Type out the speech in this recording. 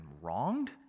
wronged